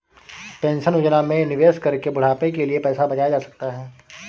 pension योजना में निवेश करके बुढ़ापे के लिए पैसा बचाया जा सकता है